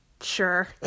Sure